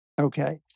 okay